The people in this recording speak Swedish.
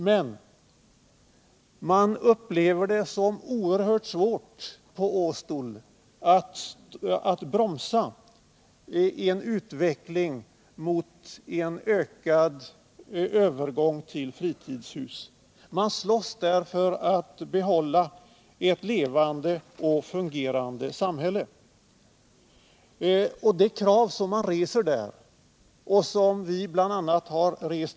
Men man upplever det som oerhört svårt på Åstol att bromsa en utveckling mot ökad övergång till fritidshus. Man slåss där för att behålla ett levande och fungerande samhälle. Det krav som man där reser och som vi framför!